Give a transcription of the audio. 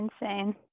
insane